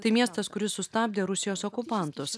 tai miestas kuris sustabdė rusijos okupantus